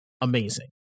amazing